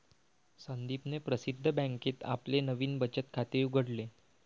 संदीपने प्रसिद्ध बँकेत आपले नवीन बचत खाते उघडले